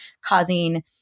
causing